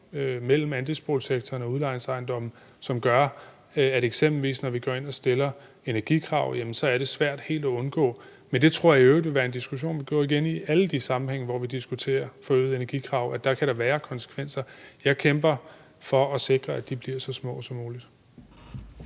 mellem andelsboligsektoren og udlejningsejendomme, som gør, at når vi eksempelvis går ind og stiller energikrav, er det svært helt at undgå det. Men det tror jeg i øvrigt vil være en diskussion, som vil gå igen i alle de sammenhænge, hvor vi diskuterer forøgede energikrav, nemlig at det kan have konsekvenser. Jeg kæmper for at sikre, at de bliver så små som muligt.